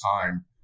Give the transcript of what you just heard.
time